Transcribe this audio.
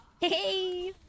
Hey